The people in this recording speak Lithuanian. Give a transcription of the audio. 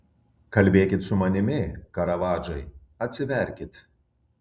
kalbėkit su manimi karavadžai atsiverkit